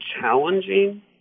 challenging